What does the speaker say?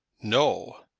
no!